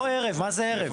לא ערב, מה זה ערב?